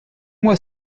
moi